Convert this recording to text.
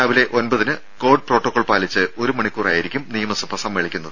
രാവിലെ ഒൻപതിന് covid protocol പാലിച്ച് ഒരു മണിക്കൂറായിരിക്കും നിയമസഭ സമ്മേളിക്കുന്നത്